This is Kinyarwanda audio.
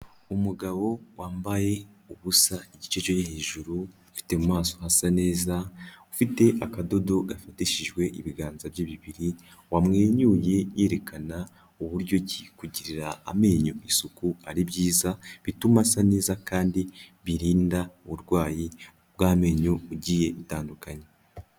Umugabo wambaye ubusa igice cyo hejuru. Ufite mu maso hasa neza. Ufite akadodo gafatishijwe ibiganza bye bibiri. Wamwenyuye yerekana uburyo ki kugirira amenyo isuku ari byiza, bituma asa neza kandi birinda uburwayi bw'amenyo bugiye butandukanye.